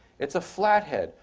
it's a flat head,